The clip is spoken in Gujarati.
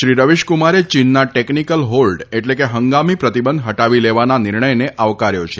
શ્રી રવીશકુમારે ચીનના ટેકનીકલ હોલ્ડ એટલે કે હંગામી પ્રતિબંધ હટાવી લેવાના નિર્ણયને આવકાર્યો છે